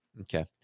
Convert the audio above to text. Okay